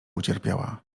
ucierpiała